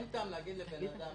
אין טעם להגיד לבן-אדם